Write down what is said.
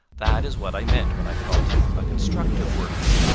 that is what i meant when i called him a constructive worker.